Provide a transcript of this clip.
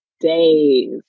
days